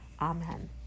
Amen